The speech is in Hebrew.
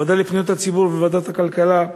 הוועדה לפניות הציבור וועדת הכלכלה,